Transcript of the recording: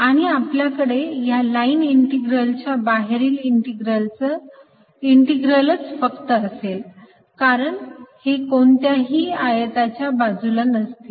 आणि आपल्याकडे या लाईन इंटीग्रल च्या बाहेरील इंटीग्रलच फक्त असेल कारण ही कोणत्याही दुसऱ्या आयताच्या बाजूला नसतील